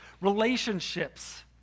relationships